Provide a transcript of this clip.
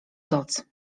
doc